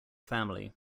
family